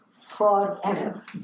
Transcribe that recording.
forever